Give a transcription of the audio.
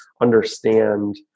understand